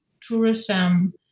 tourism